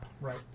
Right